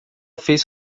fez